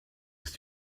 ist